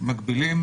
ומגבילים